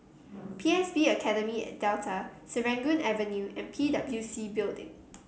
P S B Academy at Delta Serangoon Avenue and P W C Building